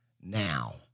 now